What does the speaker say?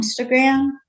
Instagram